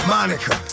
Monica